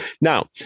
Now